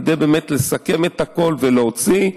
כדי לסכם את הכול ולהוציא.